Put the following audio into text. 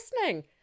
listening